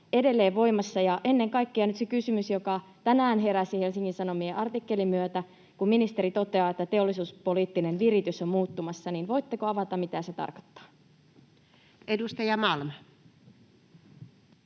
edelleen voimassa? Ja ennen kaikkea nyt se kysymys, joka tänään heräsi Helsingin Sanomien artikkelin myötä: kun ministeri toteaa, että teollisuuspoliittinen viritys on muuttumassa, niin voitteko avata, mitä se tarkoittaa? Edustaja Malm.